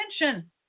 attention